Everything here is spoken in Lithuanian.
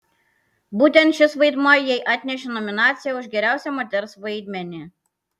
būtent šis vaidmuo jai atnešė nominaciją už geriausią moters vaidmenį